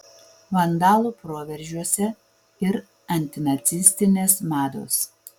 vandalų proveržiuose ir antinacistinės mados